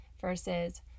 versus